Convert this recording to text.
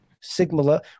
Sigma